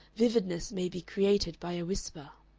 vividness may be created by a whisper.